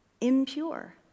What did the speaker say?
impure